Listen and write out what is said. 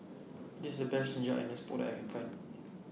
This IS The Best Ginger Onions Pork that I Can Find